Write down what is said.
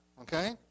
okay